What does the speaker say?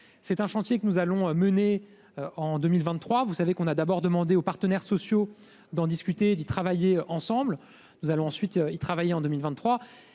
C'est un chantier que nous allons mener en 2023. Nous avons d'abord demandé aux partenaires sociaux d'en discuter et d'y travailler ensemble. Nous y travaillerons